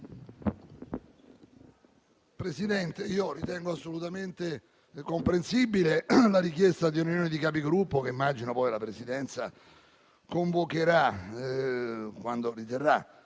Presidente, ritengo assolutamente comprensibile la richiesta di una Conferenza dei Capigruppo, che immagino poi la Presidenza convocherà quando lo riterrà